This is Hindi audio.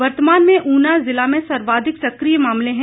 वर्तमान में उना जिला में सर्वाधिक सक्रिय मामले हैं